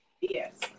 Yes